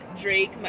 Drake